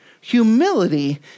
Humility